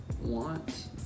want